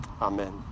Amen